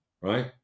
right